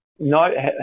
No